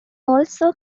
also